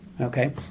okay